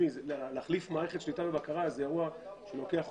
להחליף מערכת שליטה ובקרה, זה אירוע שלוקח חודשים.